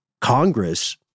Congress